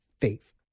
faith